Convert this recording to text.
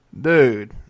dude